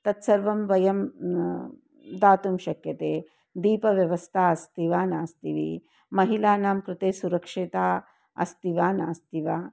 तत्सर्वं वयं दातुं शक्यते दीपव्यवस्था अस्ति वा नास्ति वा महिलानां कृते सुरक्षितता अस्ति वा नास्ति वा